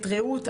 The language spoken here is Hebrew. את רעות,